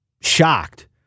shocked